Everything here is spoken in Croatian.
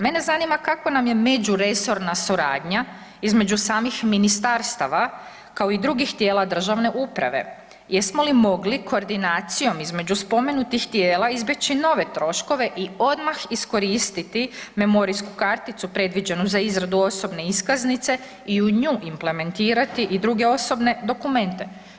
Mene zanima kakva nam je međuresorna suradnja između samih ministarstava, kao i drugih tijela državne uprave, jesmo li mogli koordinacijom između spomenutih tijela izbjeći nove troškove i odmah iskoristiti memorijsku karticu predviđenu za izradu osobne iskaznice i u nju implementirati i druge osobne dokumente?